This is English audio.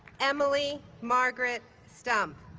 emily margaret stump